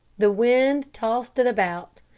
the wind tossed it about.